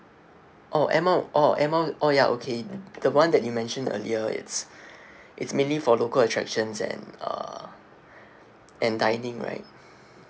oh air mil~ oh air mile oh ya okay the one that you mentioned earlier it's it's mainly for local attractions and uh and dining right